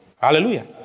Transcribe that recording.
Hallelujah